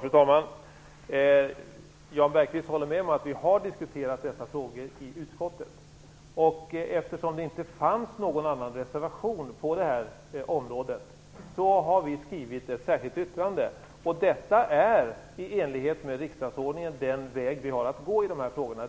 Fru talman! Jan Bergqvist håller med om att vi har diskuterat dessa frågor i utskottet. Eftersom det inte fanns någon annan reservation på detta område har vi skrivit ett särskilt yttrande. Detta är i enlighet med riksdagsordningen den väg vi har att gå.